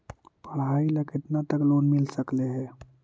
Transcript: पढाई ल केतना तक लोन मिल सकले हे?